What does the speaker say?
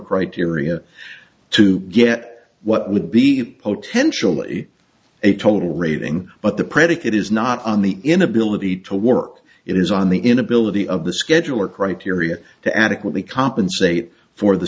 criteria to get what would be potentially a total rating but the predicate is not on the inability to work it is on the inability of the scheduler criteria to adequately compensate for the